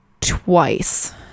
twice